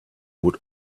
would